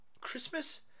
Christmas